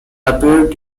appeared